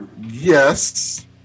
Yes